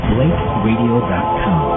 BlakeRadio.com